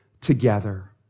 together